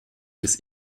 des